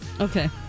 Okay